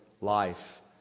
life